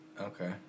Okay